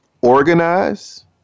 organize